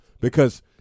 because-